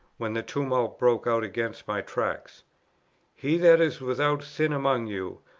when the tumult broke out against my tract he that is without sin among you,